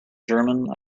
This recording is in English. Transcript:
german